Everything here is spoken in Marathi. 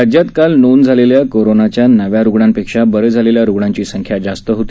राज्यात काल नोंद झालेल्या कोरोनाच्या नव्या रुग्णांपेक्षा बरे झालेल्या रुग्णांची संख्या जास्त होती